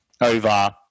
over